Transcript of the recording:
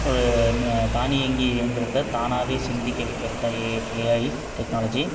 ஒரு மெ தானியங்கி யந்திரத்த தானாகவே சிந்திக்க வைக்கிறது தான் ஏ ஏஐ டெக்னாலஜி